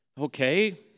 Okay